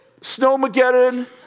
snowmageddon